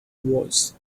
voice